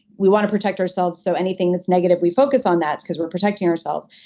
we want to protect ourselves so anything that's negative we focus on that because we're protecting ourselves.